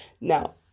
now